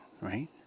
right